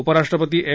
उपराष्ट्रपती एम